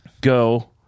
go